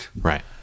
Right